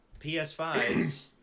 PS5s